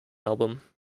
album